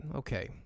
okay